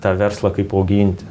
tą verslą kaip auginti